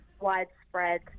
widespread